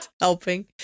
Helping